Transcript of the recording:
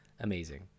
amazing